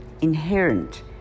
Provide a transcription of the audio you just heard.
inherent